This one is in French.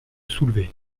soulevés